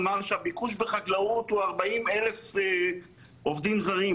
אמר שהביקוש לחקלאות הוא 40,000 עובדים זרים,